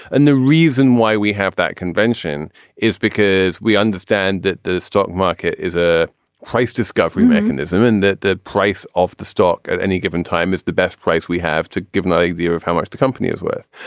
and the reason why we have that convention is because we understand that the stock market is a price discovery mechanism and that the price of the stock at any given time is the best price we have to give an idea of how much the company is worth.